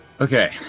Okay